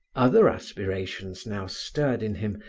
other aspirations now stirred in him,